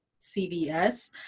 CBS